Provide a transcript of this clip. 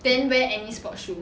then wear any sports shoe